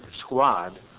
squad